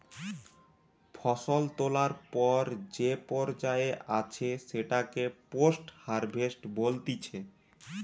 ফসল তোলার পর যে পর্যায়ে আছে সেটাকে পোস্ট হারভেস্ট বলতিছে